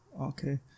okay